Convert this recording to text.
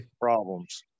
problems